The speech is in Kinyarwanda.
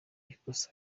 ikosa